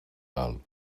val